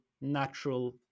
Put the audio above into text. natural